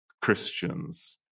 Christians